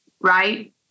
right